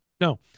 no